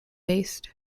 based